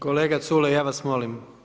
Kolega Culej, ja vas molim.